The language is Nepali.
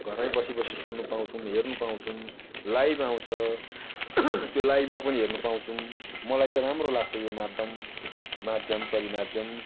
घरमा बसी बसी सुन्नु पाउँछौँ हेर्नु पाउँछौँ लाइभ आउँछ त्यो लाइभमा पनि हेर्नु पाउँछौँ मलाई चाहिँ राम्रो लाग्छ यो माध्यम माध्यम सरी माध्यम